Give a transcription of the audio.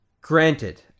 Granted